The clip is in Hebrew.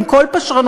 עם כל פשרנותו,